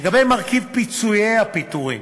לגבי מרכיב פיצויי הפיטורים,